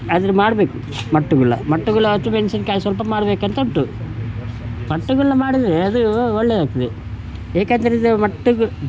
ಅದ್ರಲ್ಲಿ ಮಾಡಬೇಕು ಮಟ್ಟುಗುಳ್ಳ ಮಟ್ಟುಗುಳ್ಳ ಹಸಿ ಮೆಣ್ಸಿನ್ಕಾಯಿ ಸ್ವಲ್ಪ ಮಾಡಬೇಕಂತುಂಟು ಮಟ್ಟುಗುಳ್ಳ ಮಾಡಿದರೆ ಅದೂ ಒಳ್ಳೆಯದಾಗ್ತದೆ ಏಕಂದ್ರಿದು ಮಟ್ಟುಗು